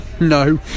no